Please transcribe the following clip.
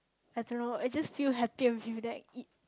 I don't know I just feel happy and feel that eat